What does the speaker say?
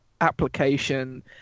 application